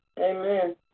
Amen